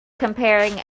comparing